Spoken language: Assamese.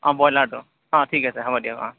অঁ ব্ৰইলাৰটো অঁ ঠিক আছে হ'ব দিয়ক অঁ